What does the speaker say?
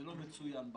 זה לא מצוין בחוק.